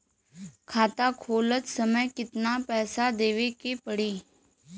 खाता खोलत समय कितना पैसा देवे के पड़ी?